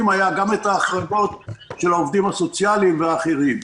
היו גם את ההחרגות של העובדים הסוציאליים והאחרים.